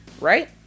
Right